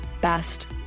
best